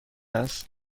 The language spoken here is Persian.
است